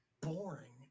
boring